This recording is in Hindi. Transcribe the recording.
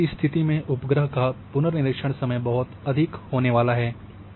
और ऐसी स्थिति में उपग्रह का पुनर्निरीक्षण समय बहुत अधिक होने वाला है